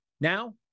Now